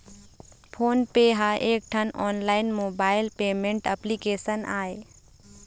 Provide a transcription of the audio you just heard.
phone पे ह एकठन online mobile payment application आय